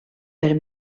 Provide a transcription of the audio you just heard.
per